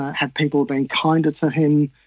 had people been kinder to him,